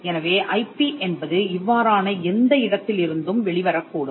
எனவே ஐபி என்பது இவ்வாறான எந்த இடத்திலிருந்தும் வெளிவரக்கூடும்